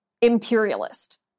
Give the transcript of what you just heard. imperialist